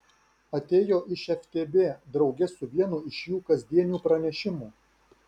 atėjo iš ftb drauge su vienu iš jų kasdienių pranešimų